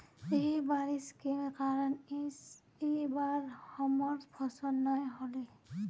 यही बारिश के कारण इ बार हमर फसल नय होले?